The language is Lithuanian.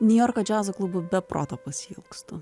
niujorko džiazo klubų be proto pasiilgstu